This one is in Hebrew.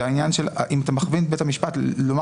זה העניין האם אתה מכווין את בית המשפט לומר